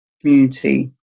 community